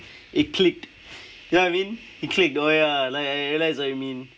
it clicked you get what I mean it clicked oh ya like I realise what you mean